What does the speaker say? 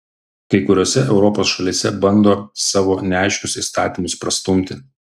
kai kuriose europos šalyse bando savo neaiškius įstatymus prastumti